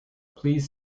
please